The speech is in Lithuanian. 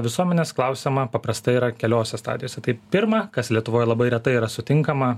visuomenės klausiama paprastai yra keliose stadijose tai pirma kas lietuvoje labai retai yra sutinkama